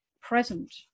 present